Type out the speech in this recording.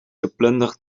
geplunderd